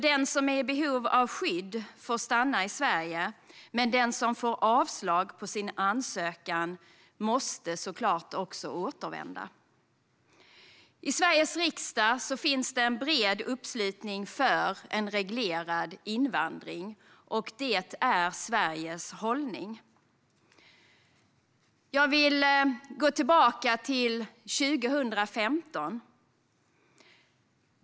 Den som är i behov av skydd får stanna i Sverige, men den som får avslag på sin ansökan måste såklart återvända. I Sveriges riksdag finns en bred uppslutning för en reglerad invandring. Detta är Sveriges hållning. Jag vill gå tillbaka till 2015.